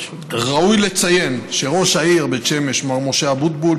ראוי לציין שראש העיר בית שמש מר משה אבוטבול